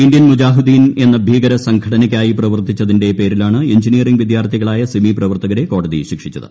Indian Mujahideen എന്ന ഭീകര സംഘടനയ്ക്കായി പ്രവർത്തിച്ചതിന്റെ പേരിലാണ് എഞ്ചിനീയറിങ് വിദ്യാർത്ഥികളായ സിമി പ്രവർത്തകരെ കോടതി ശിക്ഷിച്ചത്